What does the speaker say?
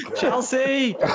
Chelsea